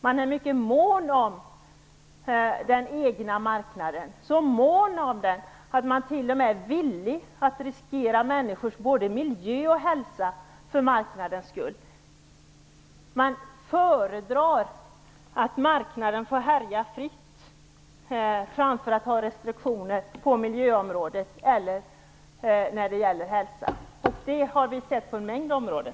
Man är mycket mån om den egna marknaden - så mån om den att man t.o.m. är villig att riskera både människors miljö och hälsa för marknadens skull. Man föredrar att låta marknaden härja fritt framför att införa restriktioner på miljöområdet eller för hälsan. Detta har vi sett på en mängd områden.